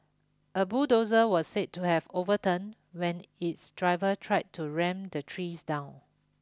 a bulldozer was said to have overturned when its driver tried to ram the trees down